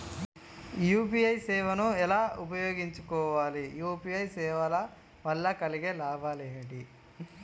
UPI సేవను ఎలా ఉపయోగించు కోవాలి? యూ.పీ.ఐ సేవల వల్ల కలిగే లాభాలు ఏమిటి?